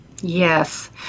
Yes